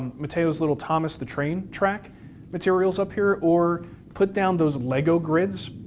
mateo's little thomas the train track materials up here, or put down those lego grids,